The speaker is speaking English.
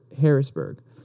Harrisburg